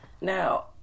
Now